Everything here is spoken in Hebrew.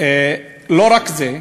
לא רק זה,